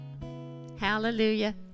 hallelujah